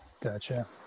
Gotcha